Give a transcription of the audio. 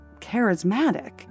charismatic